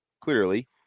clearly